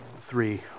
three